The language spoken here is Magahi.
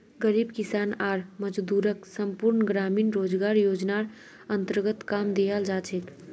गरीब किसान आर मजदूरक संपूर्ण ग्रामीण रोजगार योजनार अन्तर्गत काम दियाल जा छेक